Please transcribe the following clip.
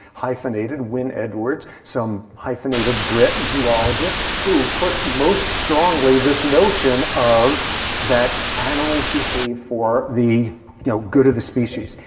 hyphenated, wynne-edwards. some hyphenated brit zoologist, who pushed most strongly this notion of that animals behave for the you know good of the species.